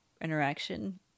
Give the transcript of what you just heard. interaction